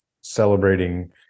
celebrating